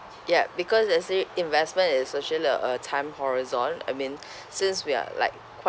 ya because let's say investment is actually a time horizon I mean since we are like